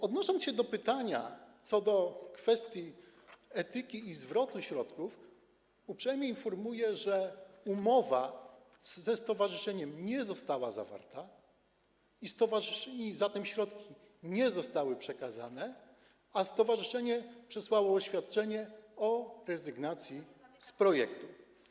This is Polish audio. Odnosząc się do pytania w kwestii etyki i zwrotu środków, uprzejmie informuję, że umowa ze stowarzyszeniem nie została zawarta, zatem środki nie zostały przekazane, a stowarzyszenie przesłało oświadczenie o rezygnacji z projektu.